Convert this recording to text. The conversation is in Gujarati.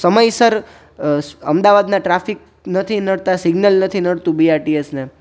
સમયસર અમદાવાદના ટ્રાફિક નથી નડતા સિગ્નલ નથી નડતું બીઆરટીએસ ને